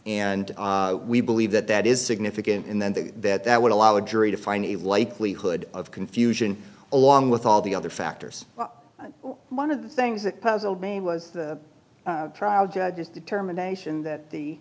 and we believe that that is significant and then that that would allow a jury to find a likelihood of confusion along with all the other factors one of the things that puzzled me was trial judges determination that the